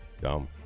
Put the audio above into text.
Dumb